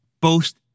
boast